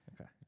Okay